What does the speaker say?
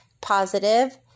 positive